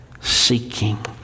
seeking